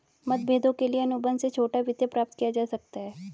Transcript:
मतभेदों के लिए अनुबंध से छोटा वित्त प्राप्त किया जा सकता है